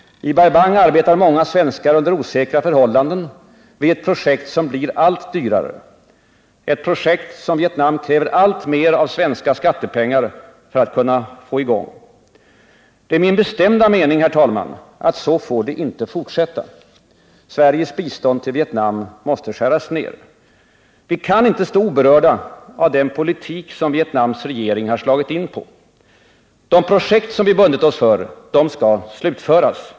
I Bai Bang arbetar många svenskar under osäkra förhållanden vid ett projekt som blir allt dyrare, ett projekt för vilket Vietnam kräver alltmer av svenska skattepengar för att kunna få i gång. Det är min bestämda mening, herr talman, att så får det inte fortsätta. Sveriges bistånd till Vietnam måste skäras ned. Vi kan inte stå oberörda av den politik som Vietnams regering har slagit in på. De projekt som vi bundit oss för skall slutföras.